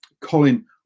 Colin